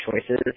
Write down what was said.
choices